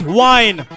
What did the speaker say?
wine